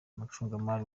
umucungamari